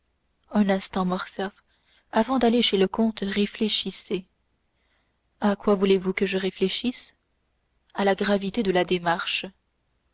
un instant morcerf avant d'aller chez le comte réfléchissez à quoi voulez-vous que je réfléchisse à la gravité de la démarche